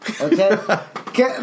okay